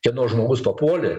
kieno žmogus papuolė